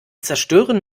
zerstören